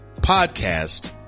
podcast